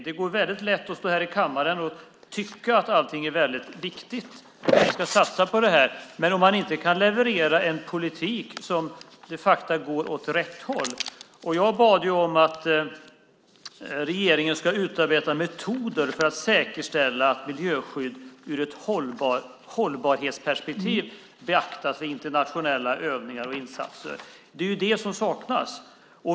Det går lätt att stå här i kammaren och tycka att allting är viktigt och att vi ska satsa på det här. Men man kan inte kan leverera en politik som de facto går åt rätt håll. Jag bad regeringen utarbeta metoder för att säkerställa att miljöskydd beaktas i ett hållbarhetsperspektiv i internationella övningar och insatser. Det är det som saknas.